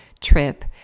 trip